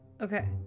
okay